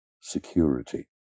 security